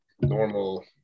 normal